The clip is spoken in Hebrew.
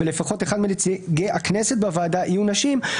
ולפחות אחד מנציגי הכנסת בוועדה יהיו נשים,".